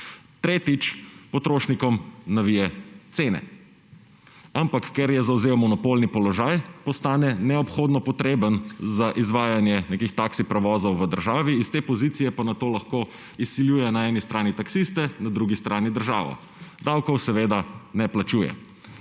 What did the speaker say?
Tretjič, potrošnikom navije cene. Ampak ker je zavzel monopolni položaj, postane neobhodno potreben za izvajanje nekih taksi prevozov v državi, iz te pozicije pa nato lahko izsiljuje na eni strani taksiste, na drugi strani državo. Davkov seveda ne plačuje.